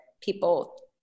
people